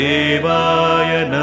Devaya